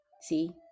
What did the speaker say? See